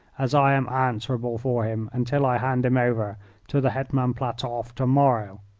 as i am answerable for him until i hand him over to the hetman platoff to-morrow.